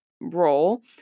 role